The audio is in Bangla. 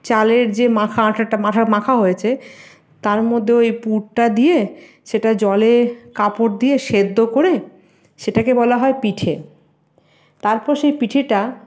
চালের যে মাখা আটাটা মাখা হয়েছে তার মধ্যে ওই পুরটা দিয়ে সেটা জলে কাপড় দিয়ে সেদ্ধ করে সেটাকে বলা হয় পিঠে তারপর সেই পিঠেটা